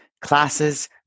classes